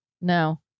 No